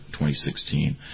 2016